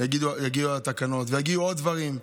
ויגיעו עוד דברים,